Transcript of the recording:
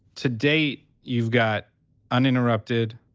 to date, you've got uninterrupted,